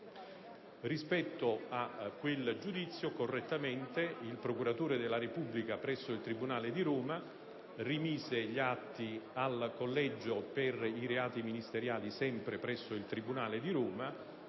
Rispetto a quel giudizio, il procuratore della Repubblica presso il tribunale di Roma rimise correttamente gli atti al collegio per i reati ministeriali (sempre presso il tribunale di Roma),